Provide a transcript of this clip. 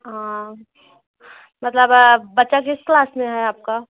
हाँ मतलब बच्चा किस क्लास में है आपका